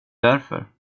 därför